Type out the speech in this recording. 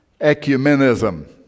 ecumenism